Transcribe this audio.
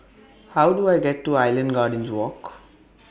How Do I get to Island Gardens Walk